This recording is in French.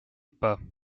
pas